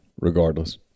regardless